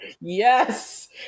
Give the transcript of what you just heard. Yes